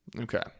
Okay